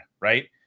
right